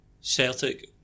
Celtic